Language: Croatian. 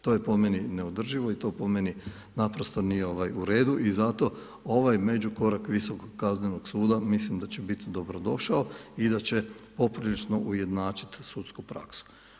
To je po meni neodrživo i to po meni naprosto nije u redu i zato ovaj međukorak Visokog kaznenog suda mislim da će biti dobrodošao i da će poprilično ujednačiti sudsku praksu.